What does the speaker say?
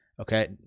Okay